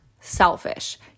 selfish